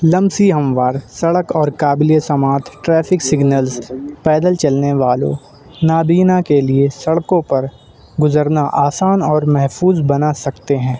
لمسی ہموار سڑک اور قابل سماعت ٹریفک سگنلز پیدل چلنے والوں نابینا کے لیے سڑکوں پر گزرنا آسان اور محفوظ بنا سکتے ہیں